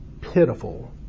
pitiful